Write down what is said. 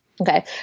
Okay